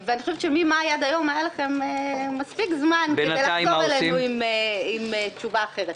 ממאי ועד היום היה לכם מספיק זמן כדי לחזור אלינו עם תשובה אחרת.